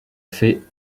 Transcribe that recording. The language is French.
fait